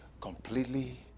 completely